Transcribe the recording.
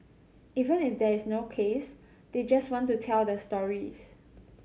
even if there is no case they just want to tell their stories